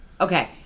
Okay